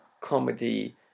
comedy